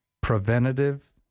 Preventative